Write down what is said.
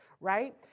right